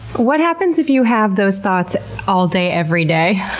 what happens if you have those thoughts all day every day?